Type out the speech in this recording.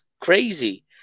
crazy